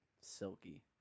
silky